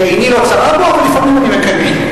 שעיני לא צרה בו, אבל לפעמים אני מקנא.